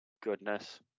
Goodness